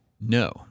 No